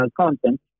content